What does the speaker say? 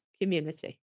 community